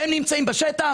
הם נמצאים בשטח?